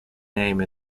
name